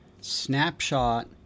snapshot